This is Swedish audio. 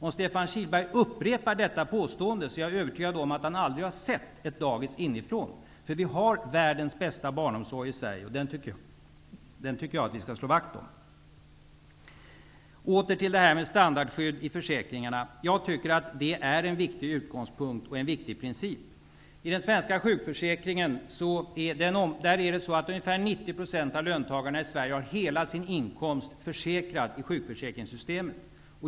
Om Stefan Kihlberg upprepar detta påstå ende är jag övertygad om att han aldrig sett ett da gis inifrån. Vi har världen bästa barnomsorg i Sve rige, och den tycker jag vi skall slå vakt om. Åter till frågan om standardskydd i försäkring arna. Jag tycker att det är en viktig utgångspunkt och en viktig princip. Ungefär 90 % av löntagarna har hela sin in komst försäkrad i det svenska sjukförsäkringssys temet.